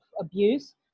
abuse